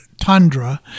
Tundra